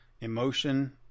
emotion